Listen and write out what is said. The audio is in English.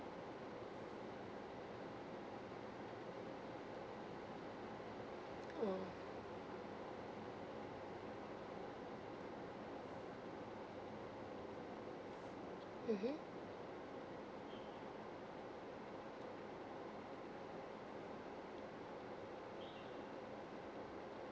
oo mmhmm